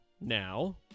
Now